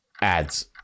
Ads